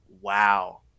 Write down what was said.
Wow